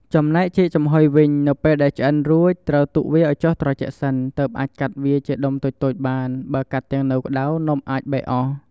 ចំណែកចេកចំហុយវិញនៅពេលដែលឆ្អិនរួច ត្រូវទុកវាឱ្យចុះត្រជាក់សិន ទើបអាចកាត់វាជាដុំតូចៗបានបើកាត់ទាំងនៅក្ដៅនំអាចបែកអស់។